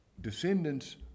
descendants